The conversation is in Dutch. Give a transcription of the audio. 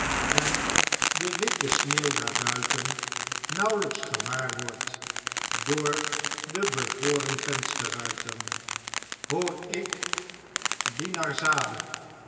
en de witte sneeuw daarbuiten nauwelps gewaar word door de bevroren vensterruiten hoor ik dinarzade